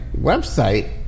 website